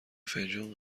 فنجون